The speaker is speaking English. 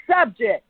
subject